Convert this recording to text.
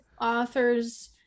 authors